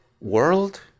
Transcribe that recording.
world